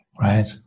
Right